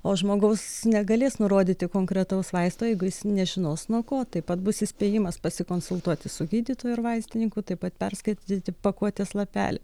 o žmogus negalės nurodyti konkretaus vaisto jeigu jis nežinos nuo ko taip pat bus įspėjimas pasikonsultuoti su gydytoju ar vaistininku taip pat perskaityti pakuotės lapelį